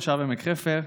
תושב עמק חפר,